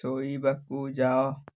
ଶୋଇବାକୁ ଯାଅ